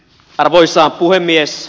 arvoisa puhemies